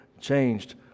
changed